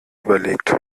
überlegt